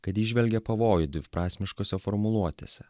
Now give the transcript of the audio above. kad įžvelgia pavojų dviprasmiškose formuluotėse